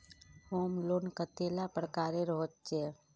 Home loan कतेला प्रकारेर होचे?